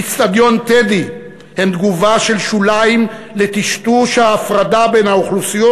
באיצטדיון "טדי" הם תגובה של שוליים לטשטוש ההפרדה בין האוכלוסיות